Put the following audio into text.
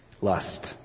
lust